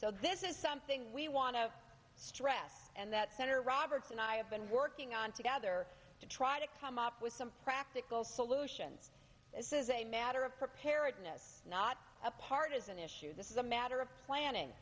so this is something we want to stress and that senator roberts and i have been working on together to try to come up with some practical solutions this is a matter of preparedness not a partisan issue this is a matter of planning